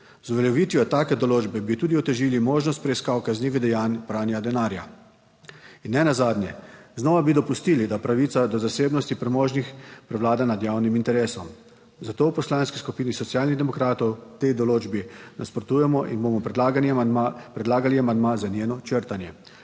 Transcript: Z uveljavitvijo take določbe bi tudi otežili možnost preiskav kaznivih dejanj pranja denarja in nenazadnje, znova bi dopustili da pravica do zasebnosti premožnih prevlada nad javnim interesom, zato v Poslanski skupini Socialnih demokratov tej določbi nasprotujemo in bomo predlagali amandma za njeno črtanje.